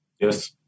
Yes